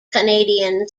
canadian